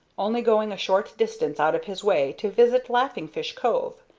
only going a short distance out of his way to visit laughing fish cove.